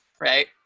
right